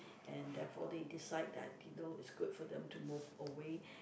and therefore they decide that you know is good for them to move away